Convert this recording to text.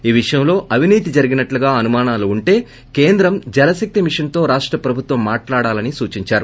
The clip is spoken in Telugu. ఈ విషయంలో అవినీతి జరిగినట్లుగా అనుమానాలు ఉంటె కేంద్రం జలశక్తి మిషన్తో రాష్ట ప్రభుత్వం మాట్లాడాలని సూచించారు